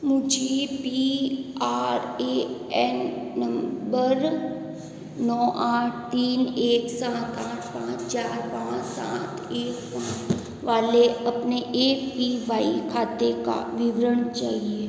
मुझे P R A N number नौ आठ तीन एक सात आठ पाँच चार पाँच सात एक पाँच वाले अपने ए पी वाई खाते का विवरण चाहिए